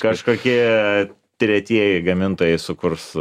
kažkokie tretieji gamintojai sukurs